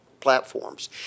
platforms